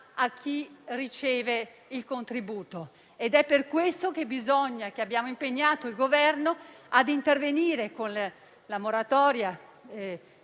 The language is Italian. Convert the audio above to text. a chi riceve il contributo. È per questo che abbiamo impegnato il Governo a intervenire con la moratoria